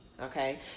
Okay